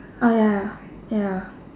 oh ya ya